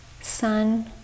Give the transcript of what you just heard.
sun